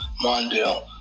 Mondale